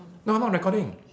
no I'm not recording